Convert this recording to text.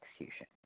execution